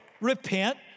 repent